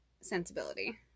sensibility